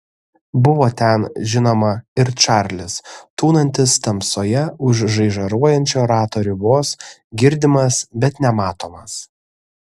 buvo ten žinoma ir čarlis tūnantis tamsoje už žaižaruojančio rato ribos girdimas bet nematomas